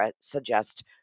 suggest